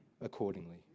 accordingly